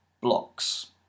blocks